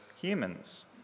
humans